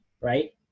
right